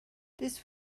this